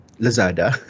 Lazada